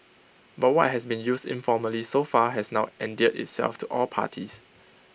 but what has been used informally so far has now endeared itself to all parties